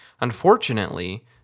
Unfortunately